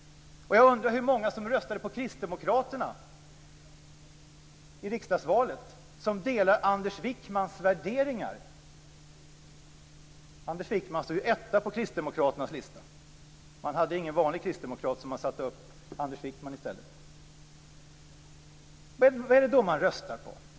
Jag undrar hur många som röstade på Wijkmans värderingar - Anders Wijkman står ju som första namn på Kristdemokraternas lista. Man hade ingen vanlig kristdemokrat, så man satte upp Anders Vad är det då som man röstar på?